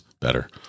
better